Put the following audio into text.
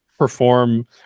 perform